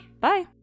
bye